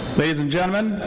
ladies and gentlemen,